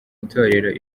itorero